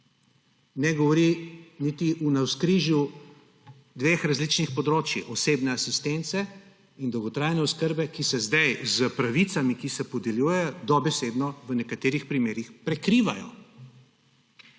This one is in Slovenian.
Ne govori niti o navzkrižju dveh različnih področij, osebne asistence in dolgotrajne oskrbe, ki se zdaj s pravicami, ki se podeljujejo, dobesedno v nekaterih primerih prekrivajo.